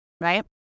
right